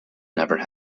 never